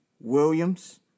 Williams